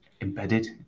embedded